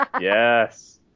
Yes